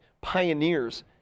pioneers